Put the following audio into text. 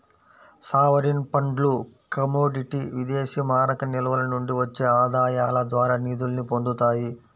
sovereign ఫండ్లు commodity విదేశీమారక నిల్వల నుండి వచ్చే ఆదాయాల ద్వారా నిధుల్ని పొందుతాయి